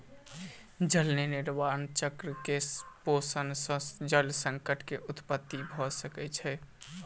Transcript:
जल निर्माण चक्र के शोषण सॅ जल संकट के उत्पत्ति भ सकै छै